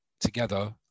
together